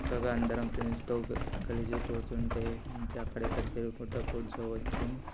చక్కగా అందరం ఫ్రెండ్స్తో కలిసి కూర్చుంటే మంచిగా అక్కడ ఇక్కడ తిరుగుకుంటా కూర్చోవచ్చు